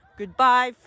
goodbye